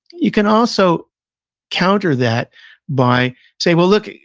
you can also counter that by saying, well, look,